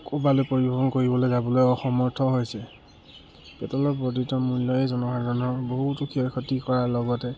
কবালে পৰিৱেশন কৰিবলৈ যাবলৈ অসমৰ্থ হৈছে পেট্ৰলৰ বৰ্ধিত মূল্যই জনসাধাৰণৰ বহুতো ক্ষয় ক্ষতি কৰাৰ লগতে